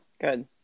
good